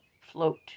float